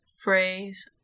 phrase